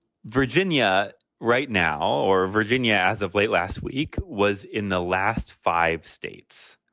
virginia right now or virginia, as of late last week, was in the last five states.